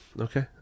Okay